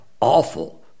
awful